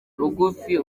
rugufi